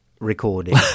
recording